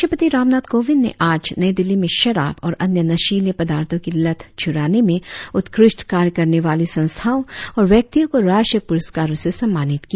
राष्ट्रपति रामनाथ कोविंद ने आज नई दिल्ली में शराब और अन्य नशीले पदार्थो की लत छुड़ाने में उत्कृष्ट कार्य करने वाली संस्थाओ और व्यक्तियो को राष्ट्रीय पुरस्कारो से सम्मानित किया